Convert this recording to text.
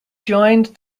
joined